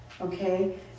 Okay